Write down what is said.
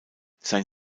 sein